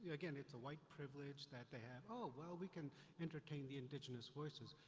again, it's a white privilege that they have, oh, well we can entertain the indigenous voices.